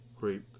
Great